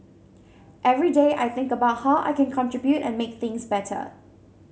every day I think about how I can contribute and make things better